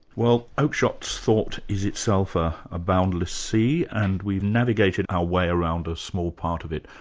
well oakekshott's thought is itself ah a boundless sea, and we've navigated our way around a small part of it.